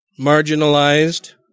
marginalized